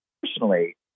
Personally